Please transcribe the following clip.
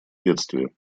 бедствия